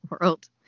World